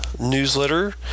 newsletter